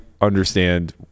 understand